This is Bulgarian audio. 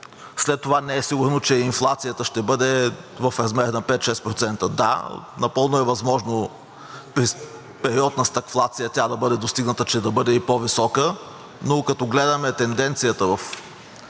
След това не е сигурно, че и инфлацията ще бъде в размер на 5 – 6%. Да, напълно е възможно през период на стагфлация тя да бъде достигната, че да бъде и по-висока, но като гледаме тенденцията в